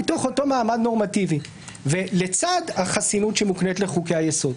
מתוך אותו מעמד נורמטיבי ולצד החסינות שמוקנית לחוקי היסוד.